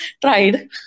tried